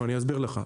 לא, אני אסביר לך.